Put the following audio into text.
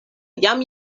jam